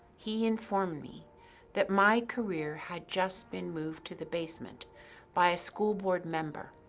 he informed me that my career had just been moved to the basement by a school board member,